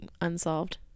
Unsolved